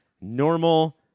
normal